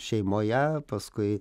šeimoje paskui